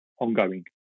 ongoing